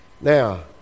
Now